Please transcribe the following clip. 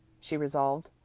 she resolved.